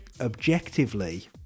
Objectively